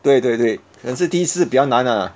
对对对可能是第一次比较难 ah